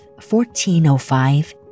1405